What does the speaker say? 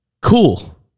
Cool